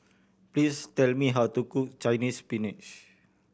please tell me how to cook Chinese Spinach